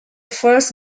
first